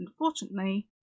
unfortunately